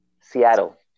Seattle